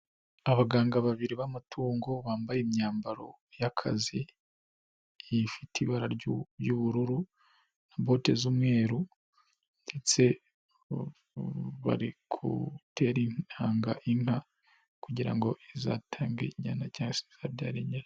Abaganga babiri b'amatungo bambaye imyambaro y'akazi ifite ibara ry'ubururu nabote z'umweru, ndetse barigutera intanga inka kugira ngo izatange inyanya cyangwa se izabyare inyana.